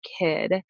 kid